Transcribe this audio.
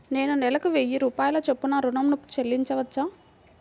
నేను నెలకు వెయ్యి రూపాయల చొప్పున ఋణం ను చెల్లించవచ్చా?